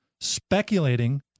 speculating